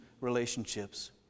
relationships